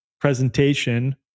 presentation